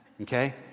okay